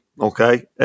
okay